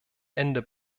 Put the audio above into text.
ende